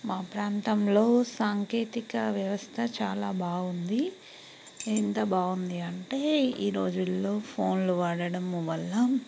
మా ప్రాంతంలో సాంకేతిక వ్యవస్థ చాలా బాగుంది ఎంత బాగుంది అంటే ఈ రోజుల్లో ఫోన్లు వాడడం వల్ల